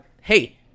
hey